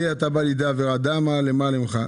ואי אתה בא לידי עברה: דע מה למעלה ממך,